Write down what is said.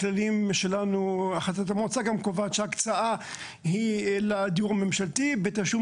החלטת המועצה קובעת שההקצאה היא לדיור הממשלתי בתשלום